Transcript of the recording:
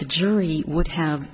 the jury would have